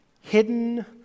hidden